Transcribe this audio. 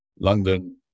London